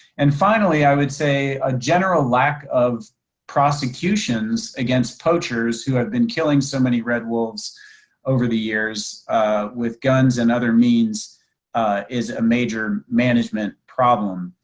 and finally, i would say a general lack of prosecutions against poachers who had been killing so many red wolves over the years years with guns and other means is a major management problem.